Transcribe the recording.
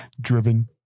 Driven